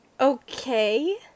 Okay